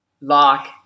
lock